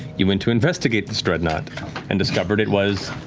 you went to investigate this dreadnought and discovered it was